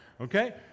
okay